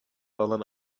alan